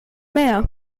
mehr